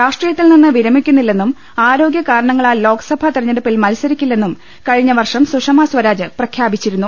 രാഷ്ട്രീയത്തിൽനിന്ന് വിരമിക്കുന്നില്ലെന്നും ആരോഗ്യ കാരണങ്ങ ളാൽ ലോക്സഭാ തെരഞ്ഞെടുപ്പിൽ മത്സരിക്കില്ലെന്നും കഴിഞ്ഞ വർഷം സുഷമാ സ്വരാജ് പ്രഖ്യാപിച്ചിരുന്നു